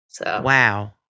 Wow